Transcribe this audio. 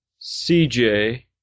CJ